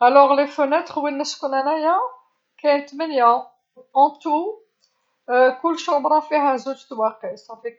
﻿الوغ لي فونيتغ وين نسكن انايا كاين ثمنية، اون تو، كل شومبرة فيها زوج تواقي افيك